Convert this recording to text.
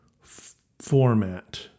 format